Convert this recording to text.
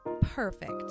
perfect